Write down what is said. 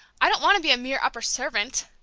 i don't want to be a mere upper servant!